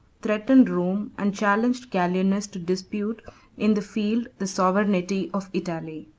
threatened rome, and challenged gallienus to dispute in the field the sovereignty of italy.